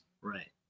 Right